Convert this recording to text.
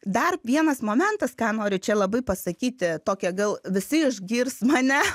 dar vienas momentas ką noriu čia labai pasakyti tokią gal visi išgirs mane